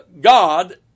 God